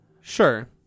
Sure